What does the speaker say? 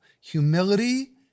Humility